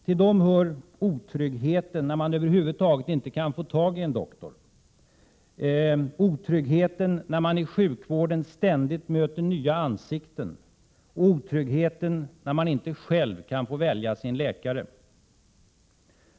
Till dem hör otryggheten när man över huvud taget inte kan få tag i en doktor, otryggheten när man i sjukvården ständigt möter nya ansikten och otryggheten när man inte själv kan få välja sin läkare.